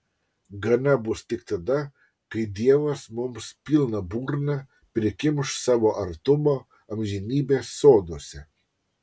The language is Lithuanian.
gana bus tik tada kai dievas mums pilną burną prikimš savo artumo amžinybės soduose